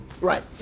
Right